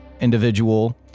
individual